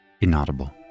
inaudible